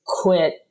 quit